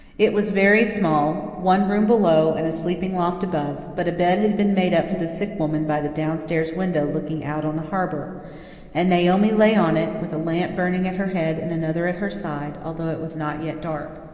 it was very small one room below, and a sleeping-loft above but a bed had been made up for the sick woman by the down-stairs window looking out on the harbour and naomi lay on it, with a lamp burning at her head and another at her side, although it was not yet dark.